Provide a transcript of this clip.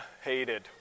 hated